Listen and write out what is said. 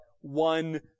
one